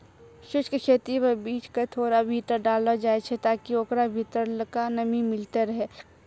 शुष्क खेती मे बीज क थोड़ा भीतर डाललो जाय छै ताकि ओकरा भीतरलका नमी मिलतै रहे